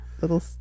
Little